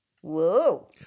Whoa